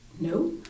no